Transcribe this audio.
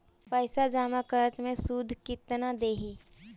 पैसा जमा करम त शुध कितना देही?